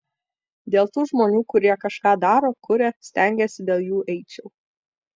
dėl tų žmonių kurie kažką daro kuria stengiasi dėl jų eičiau